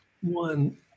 One